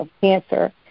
cancer